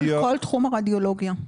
כל תחום הרדיולוגיה,